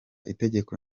itegeko